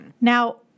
Now